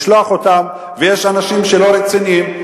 לשלוח אותם, ויש אנשים שלא רציניים.